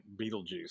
Beetlejuice